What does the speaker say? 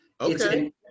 okay